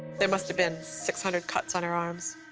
there must have been six hundred cuts on her arms.